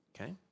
Okay